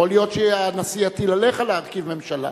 יכול להיות שהנשיא יטיל עליך להרכיב ממשלה.